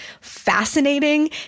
fascinating